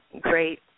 great